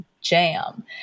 jam